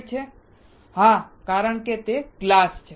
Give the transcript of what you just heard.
હા કારણ કે તે ગ્લાસ છે